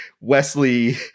Wesley